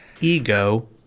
Ego